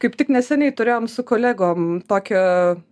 kaip tik neseniai turėjom su kolegom tokią